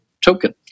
token